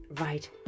right